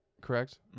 Correct